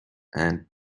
and